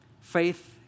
faith